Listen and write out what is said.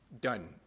done